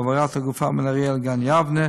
בהעברת הגופה מנהריה לגן-יבנה,